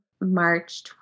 March